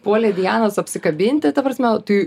puolė dianos apsikabinti ta prasme tai